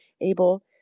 able